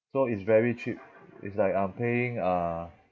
so it's very cheap it's like I'm paying uh